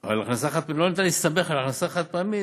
אבל לא ניתן להסתמך על הכנסה חד-פעמית